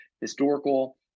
historical